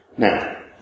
Now